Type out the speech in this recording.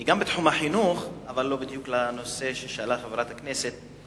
גם בתחום החינוך אבל לא בדיוק בנושא ששאלה חברת הכנסת.